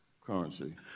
currency